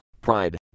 pride